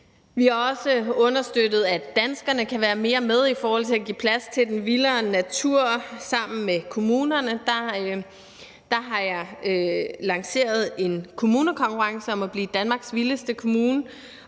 Vi har også understøttet, at danskerne kan være mere med i forhold til at give plads til den vildere natur. Sammen med kommunerne har jeg lanceret en kommunekonkurrence om at blive Danmarks vildeste kommune,